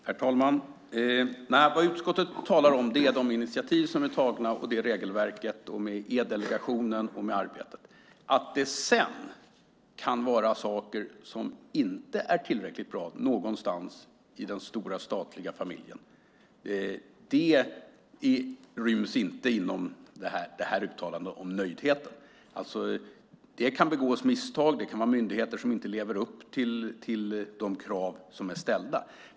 Herr talman! Det utskottet talar om är de initiativ som är tagna i fråga om regelverket, E-delegationen och arbetet. Att det sedan kan vara saker som inte är tillräckligt bra någonstans i den stora statliga familjen ryms inte inom uttalandet om nöjdheten. Det kan begås misstag. Det kan vara myndigheter som inte lever upp till de krav som är ställda.